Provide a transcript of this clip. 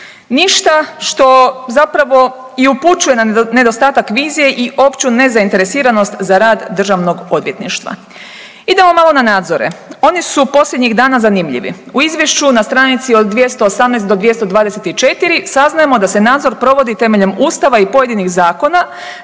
Ništa što zapravo i upućuje na nedostatak vizije i opću nezainteresiranost za rad državnog odvjetništva. Idemo malo na nadzore, oni su posljednjih dana zanimljivi. U izvješću na str. od 218 do 224 saznajemo da se nadzor provodi temeljem Ustava i pojedinih zakona